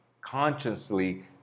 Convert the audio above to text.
consciously